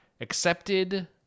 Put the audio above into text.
accepted